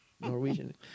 Norwegian